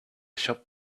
shop